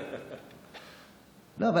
לא,